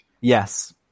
Yes